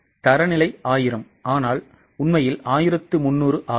தரநிலை 1000 ஆனால் உண்மையில் 1300 ஆகும்